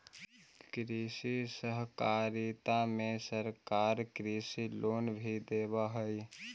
कृषि सहकारिता में सरकार कृषि लोन भी देब हई